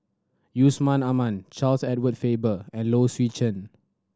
Yusman Aman Charles Edward Faber and Low Swee Chen